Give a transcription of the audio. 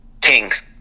Kings